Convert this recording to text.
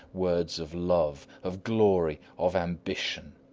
words of love of glory, of ambition.